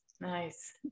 nice